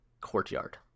courtyard